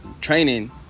training